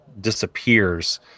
disappears